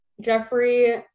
Jeffrey